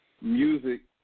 music